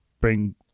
bring